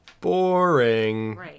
Boring